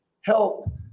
help